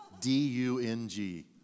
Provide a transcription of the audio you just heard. D-U-N-G